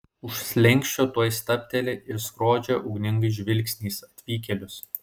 už slenksčio tuoj stabteli ir skrodžia ugningais žvilgsniais atvykėlius